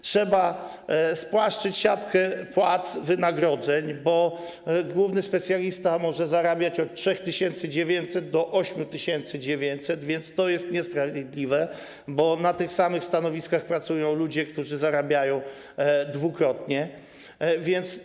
Trzeba spłaszczyć siatkę płac, wynagrodzeń, bo główny specjalista może zarabiać od 3900 zł do 8900 zł, co jest niesprawiedliwe, bo na tych samych stanowiskach pracują ludzie, którzy zarabiają dwukrotnie więcej.